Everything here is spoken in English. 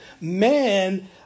Man